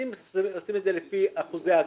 אתה יודע מתי נדלק לי כל הפיוז?